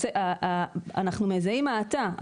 אנחנו מזהים האטה,